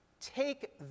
Take